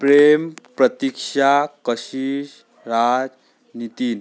Prem Pratiksha Kashish Raj Nitin